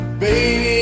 baby